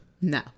no